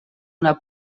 una